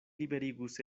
liberigus